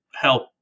help